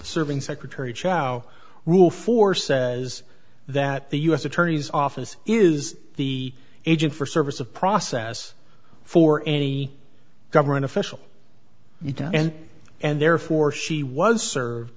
serving secretary chao rule for says that the u s attorney's office is the agent for service of process for any government official he does and and therefore she was served